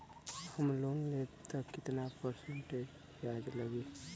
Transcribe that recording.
हम लोन लेब त कितना परसेंट ब्याज लागी?